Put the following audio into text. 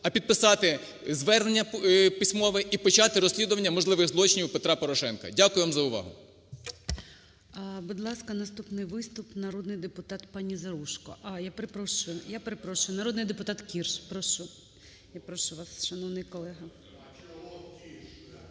а підписати звернення письмове і почати розслідування можливих злочинів Петра Порошенка. Дякую вам за увагу.